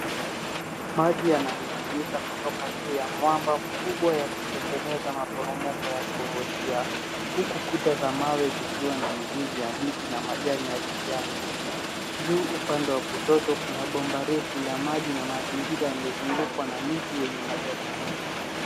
Maji yanamiminika kutoka juu ya mwamba mkubwa yakitengeneza maporomoko ya kuvutia huku kuta ya mawe zikiwa na mizizi ya mti na majani ya kijani. Juu upande wa kushoto kuna bomba refu la maji na mazingira yamezungukwa na miti yenye majani mengi.